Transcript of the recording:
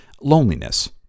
Loneliness